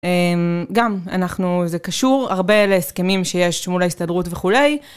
גם, אנחנו, זה קשור הרבה להסכמים שיש שמול ההסתדרות וכולי.